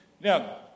Now